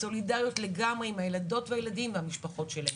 בסולידריות לגמרי עם הילדות והילדים והמשפחות שלהם.